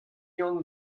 yann